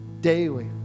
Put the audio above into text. daily